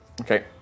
Okay